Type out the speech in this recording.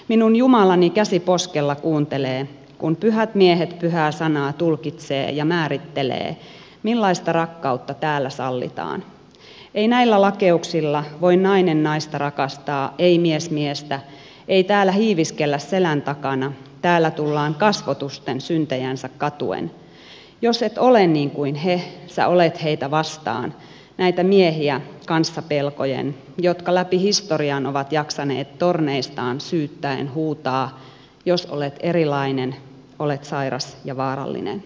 minun jumalani käsi poskella kuuntelee kun pyhät miehet pyhää sanaa tulkitsee ja määrittelee millaista rakkautta täällä sallitaan ei näillä lakeuksilla voi nainen naista rakastaa ei mies miestä ei täällä hiiviskellä selän takana täällä tullaan kasvotusten syntejänsä katuen jos et ole niin kuin he hei sä olet heitä vastaan näitä miehiä kanssa pelkojen jotka läpi historian ovat jaksaneet torneistaan syyttäen huutaa jos olet erilainen olet sairas ja vaarallinen